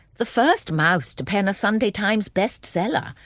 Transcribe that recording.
the first mouse to pen a sunday times best seller.